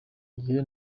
gihe